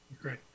Great